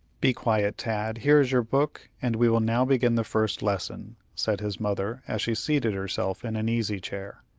be quiet, tad. here is your book, and we will now begin the first lesson, said his mother, as she seated herself in an easy-chair.